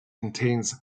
contains